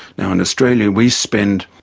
now, in australia we spend,